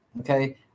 okay